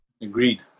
Agreed